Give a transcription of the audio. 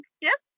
Yes